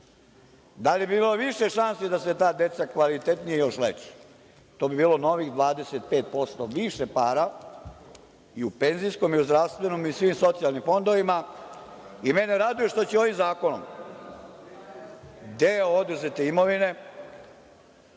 da li bi bilo više šansi da se ta deca kvalitetnije leče? To bi bilo novih 25% više para i u penzijskom i u zdravstvenom i u svim socijalnim fondovima. Mene raduje što će ovim zakonom deo oduzete imovine